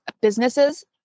businesses